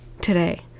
today